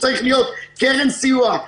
צריכה להיות קרן סיוע.